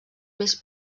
més